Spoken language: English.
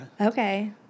Okay